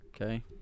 Okay